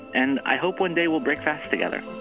and i hope one day we'll break fast together